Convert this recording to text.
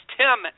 tim